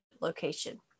location